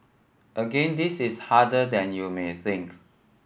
again this is harder than you may think